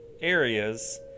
areas